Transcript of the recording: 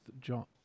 John